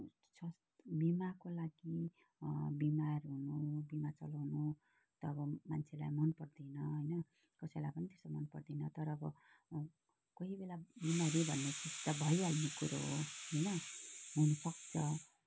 स्वास्थ्य बिमाको लागि बिमार हुनु बिमा चलाउनु त अब मान्छेलाई मन पर्दैन होइन कसैलाई पनि त्यस्तो मन पर्दैन तर अब कोही बेला बिमारी भन्ने चिज त भइहाल्ने कुरो हो होइन हुनु सक्छ